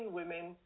women